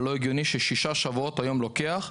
אבל לא הגיוני ששישה שבועות היום לוקח.